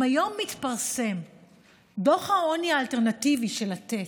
אם היום מתפרסם דוח העוני האלטרנטיבי של לתת,